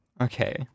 Okay